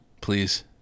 Please